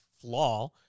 flaw